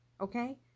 okay